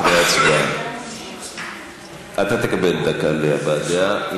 אחרי ההצבעה אתה תקבל דקה להבעת דעה.